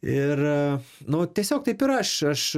ir nu tiesiog taip yra aš aš